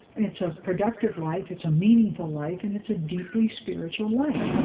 it's a productive life, it's a meaningful life, and it's a deeply spiritual life.